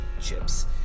chips